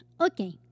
Okay